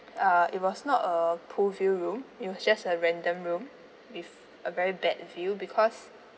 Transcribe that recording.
uh it was not a pool view room it was just a random room with a very bad view because